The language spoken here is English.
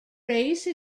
race